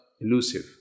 elusive